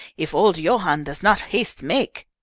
if old johann does not haste make!